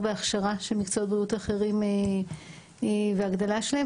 בהכשרה של מקצועות בריאות אחרים והגדלה שלהם,